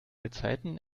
gezeiten